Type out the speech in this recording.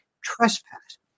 trespass